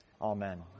Amen